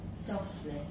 softly